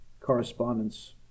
correspondence